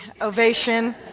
ovation